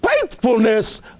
faithfulness